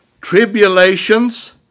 Tribulations